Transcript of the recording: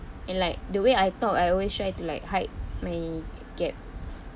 and like the way I talk I always try to like hide my gap